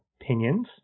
opinions